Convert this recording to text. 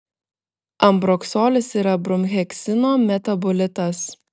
ambroksolis yra bromheksino metabolitas